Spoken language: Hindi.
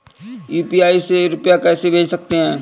यू.पी.आई से रुपया कैसे भेज सकते हैं?